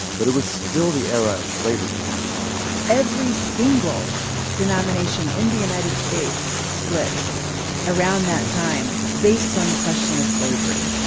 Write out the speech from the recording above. but it was still the era of slavery every single denomination in the united states split around that time based on the question of slavery.